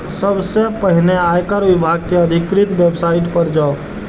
सबसं पहिने आयकर विभाग के अधिकृत वेबसाइट पर जाउ